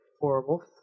horrible